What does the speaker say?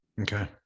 Okay